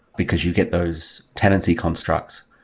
because you get those tenancy constructs,